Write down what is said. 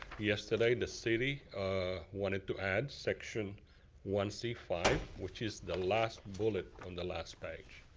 yesterday, the city wanted to add section one c five, which is the last bullet on the last page.